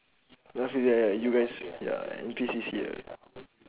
you guy ah you guys ya N_P_C_C ya